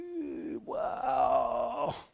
wow